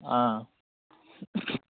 ꯑꯥ